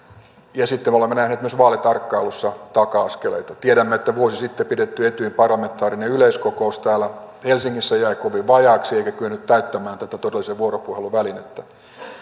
ja me olemme nähneet myös vaalitarkkailussa taka askeleita tiedämme että vuosi sitten pidetty etyjin parlamentaarinen yleiskokous täällä helsingissä jäi kovin vajaaksi eikä kyennyt täyttämään tätä todellisen vuoropuhelun välinettä